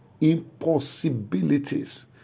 impossibilities